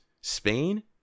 Spain